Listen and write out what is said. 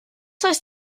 heißt